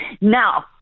Now